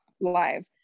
live